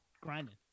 grinding